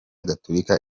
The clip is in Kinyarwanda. gatulika